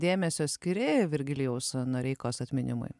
dėmesio skiri virgilijaus noreikos atminimui